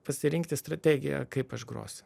pasirinkti strategiją kaip aš grosiu